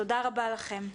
תודה רבה לכם.